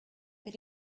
that